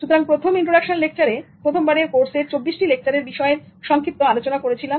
সুতরাং প্রথম ইন্ট্রোডাকশন লেকচারে আমি প্রথমবারের কোর্সের 24 লেকচারের বিষয়ের সংক্ষিপ্ত আলোচনা করেছিলাম